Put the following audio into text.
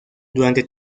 durante